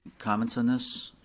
comments on this?